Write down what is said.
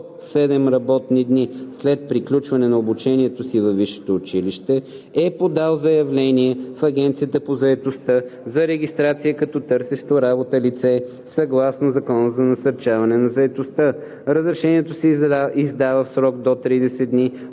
7 работни дни след приключване на обучението си във висшето училище е подал заявление в Агенцията по заетостта за регистрация като търсещо работа лице съгласно Закона за насърчаване на заетостта. Разрешението се издава в срок до 30 дни